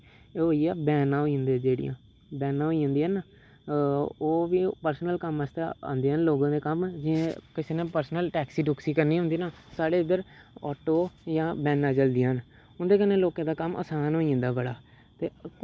एह् होई गेआ वैनां होई जंदिया वैनां होई जन्दिया ना ओह् बी पर्सनल कम्म आस्तै आंदियां न लोगें दे कम्म जियां किसे ने पर्सनल टैक्सी टुक्सी करने होंदी ना साढ़े इद्धर आटो जां वैनां चलदियां न उं'दे कन्नै लोकें दा कम्म असान होई जंदा बड़ा ते